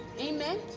Amen